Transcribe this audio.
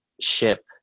ship